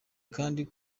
kandi